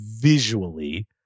visually